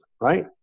right